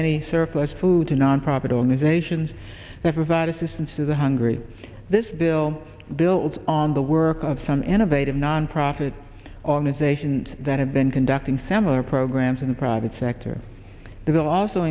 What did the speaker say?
any surplus food to nonprofit organizations that provide assistance to the hungry this bill builds on the work of some innovative nonprofit organizations that have been conducting similar programs in the private sector th